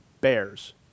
bears